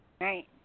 Right